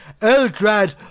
Eldrad